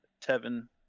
Tevin